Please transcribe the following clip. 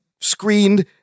screened